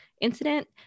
incident